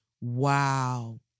Wow